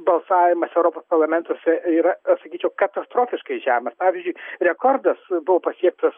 balsavimas europos parlamentuose yra sakyčiau katastrofiškai žemas pavyzdžiui rekordas buvo pasiektas